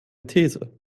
these